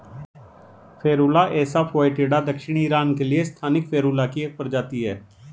Ferula assa foetida दक्षिणी Iran के लिए स्थानिक फेरुला की एक प्रजाति है